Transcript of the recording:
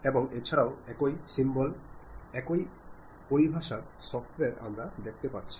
এবং এছাড়াও একই সিম্বল একই পরিভাষার সফটওয়ারে আমরা দেখতে পাচ্ছি